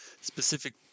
specific